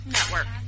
Network